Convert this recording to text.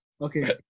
okay